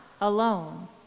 alone